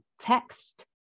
text